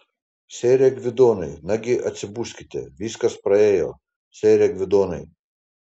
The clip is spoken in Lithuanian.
sere gvidonai nagi atsibuskite viskas praėjo sere gvidonai